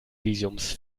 visums